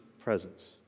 presence